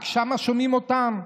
רק שם שומעים אותם?